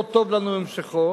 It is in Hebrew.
לא טוב לנו המשכו,